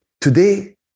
Today